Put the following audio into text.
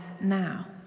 now